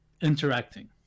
interacting